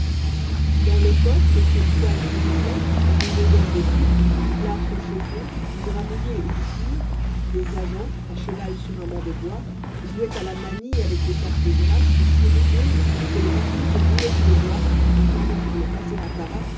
dans les postes auprès du poêle qui ronflait parmi l'odeur des pipes du plâtre chauffé du drap mouillé et du cuir des agents à cheval sur un banc de bois jouaient à la manille avec des cartes grasses et si rugueuses que le papier se roulait sous le doigt attendant pour le passer à tabac